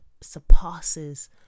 surpasses